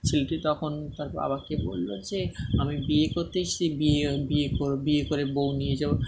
ছেলেটি তখন তার বাবাকে বলল যে আমি বিয়ে করতে এসেছি বিয়ে বিয়ে কোর বিয়ে করে বউ নিয়ে যাব